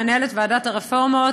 מנהלת ועדת הרפורמות,